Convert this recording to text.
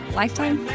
lifetime